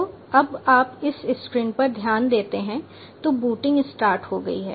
तो अब अगर आप उस स्क्रीन पर ध्यान देते हैं तो बूटिंग स्टार्ट हो गई है